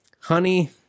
honey